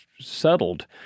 settled